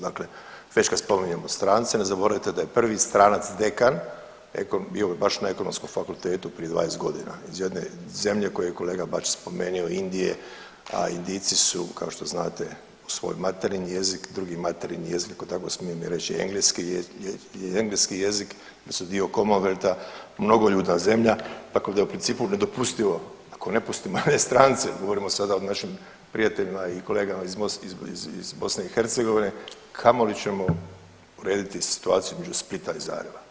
Dakle, već kad spominjemo strance ne zaboravite da je prvi stranac dekan bio baš na Ekonomskom fakultetu prije 20 godine iz jedne zemlje koju je kolega Bačić spomenuo Indije, a Indijci su kao što znate svoj materinji jezik, drugi materinji jezik ako tako smijem i reći engleski jezik, oni su dio komonvelta, mnogoljudna zemlja, tako da je u principu nedopustivo ako ne pusti manje strance govorimo sada o našim prijateljima i kolegama iz BiH kamoli ćemo urediti situaciju između Splita i Zagreba.